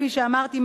כפי שאמרתי,